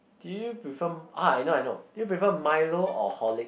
do you prefer ah I know I know do you prefer Milo or Horlicks